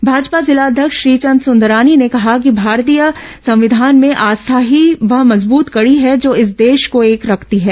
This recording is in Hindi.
भाजपा जिला अध्यक्ष श्रीचंद सुंदरानी ने कहा कि भारतीय संविधान में आस्था ही वह मजबूत कड़ी है जो इस देश को एक रखती है